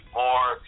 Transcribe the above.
more